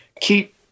keep